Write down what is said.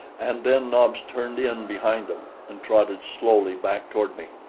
and then nobs turned in behind them and trotted slowly back toward me.